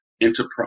enterprise